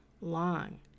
long